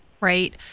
right